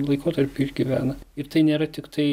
laikotarpį išgyvena ir tai nėra tiktai